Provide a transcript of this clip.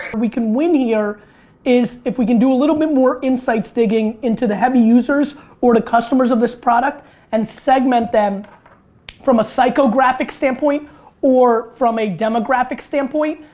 we could win here is if we could do a little bit more insights digging in to the heavy users or the customers of this product and segment them from a psychographic standpoint or from a demographic standpoint.